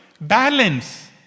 balance